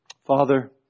Father